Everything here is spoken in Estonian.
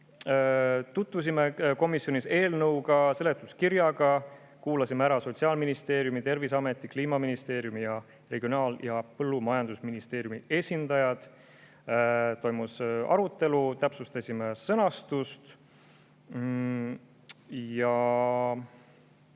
Tutvusime komisjonis eelnõuga, selle seletuskirjaga, kuulasime ära Sotsiaalministeeriumi, Terviseameti, Kliimaministeeriumi ja Regionaal- ja Põllumajandusministeeriumi esindajad. Toimus arutelu, täpsustasime sõnastust ja